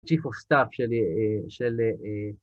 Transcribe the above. Chief of Staff של אהה... של אהה…